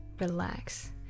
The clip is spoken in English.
relax